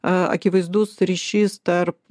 akivaizdus ryšys tarp